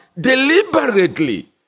deliberately